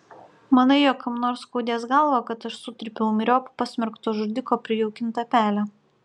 manai jog kam nors skaudės galvą kad aš sutrypiau myriop pasmerkto žudiko prijaukintą pelę